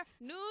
News